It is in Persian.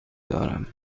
دارم